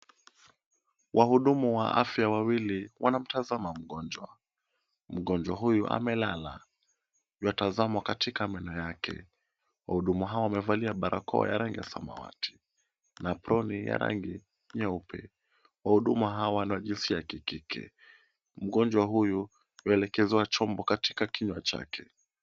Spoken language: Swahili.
Wahudumu wa afya wawili wanamtazama mgonjwa, mgonjwa huyu amelala, yuatazamwa katika meno yake, wahudumu hawa wamevalia barakoa ya rangi ya samawati na aproni ya rangi nyeupe, wahudumu haya ni wa jinsia ya kike, mgonjwa huyu yuaelekezwa chombo katika kinywa chake.